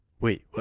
Wait